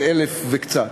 זה 1,000 וקצת.